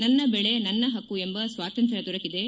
ನನ್ನ ಬೆಳೆ ನನ್ನ ಹಕ್ಕು ಎಂಬ ಸ್ವಾತಂತ್ರ ದೊರಕಿದೆ